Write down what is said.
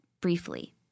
briefly